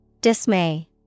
Dismay